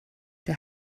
der